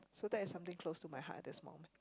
so that is something close to my heart at this moment